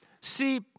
see